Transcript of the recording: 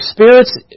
Spirit's